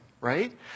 right